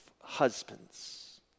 husbands